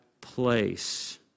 place